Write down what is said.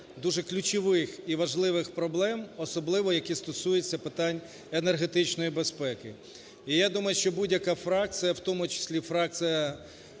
дуже ключових і важливих проблем, особливо які стосуються питань енергетичної безпеки. І я думаю, що будь-яка фракція, у тому числі фракція